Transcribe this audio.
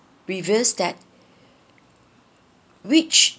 reveals that which